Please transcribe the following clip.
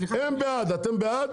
הם בעד, אתם בעד?